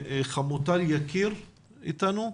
חמוטל יקיר איתנו?